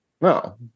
No